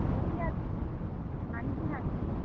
ਵਧੀਆ ਹਾਂਜੀ ਹਾਂਜੀ